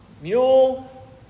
mule